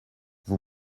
vous